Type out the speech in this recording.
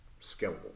scalable